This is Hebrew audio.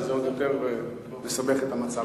שזה עוד יותר מסבך את המצב.